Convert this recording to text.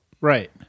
Right